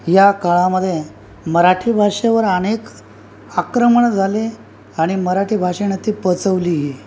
या काळामध्ये मराठी भाषेवर अनेक आक्रमणं झाली आणि मराठी भाषेनी ती पचवलीही